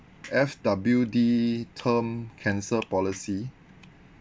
F_W_D term cancer policy